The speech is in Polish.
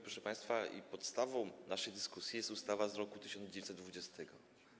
Proszę państwa, podstawą naszej dyskusji jest ustawa z roku 1920.